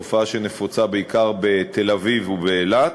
תופעה שנפוצה בעיקר בתל-אביב ובאילת,